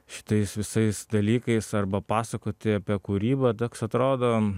šitais visais dalykais arba pasakoti apie kūrybą toks atrodo